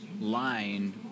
line